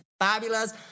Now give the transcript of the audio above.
fabulous